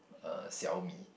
uh Xiaomi